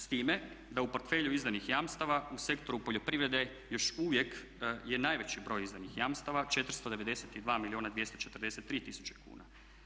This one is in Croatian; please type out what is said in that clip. S time da u portfelju izdanih jamstava, u sektoru poljoprivrede još uvijek je najveći broj izdanih jamstava 492 milijuna 243 tisuće kuna.